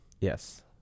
Yes